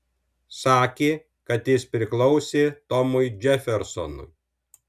sakė kad jis priklausė tomui džefersonui